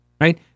right